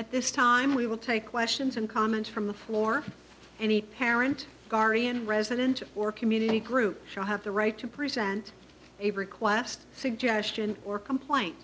at this time we will take questions and comments from the floor any parent gharyan resident or community group will have the right to present a brick last suggestion or complaint